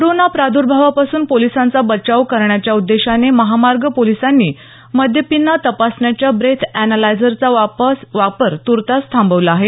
corona प्रादुर्भावापासून पोलिसांचा बचाव करण्याच्या उद्देशाने महामार्ग पोलिसांनी मद्यपींना तपासण्याच्या ब्रेथ अॅनालायझरचा वापर तुर्तास थांबवला आहे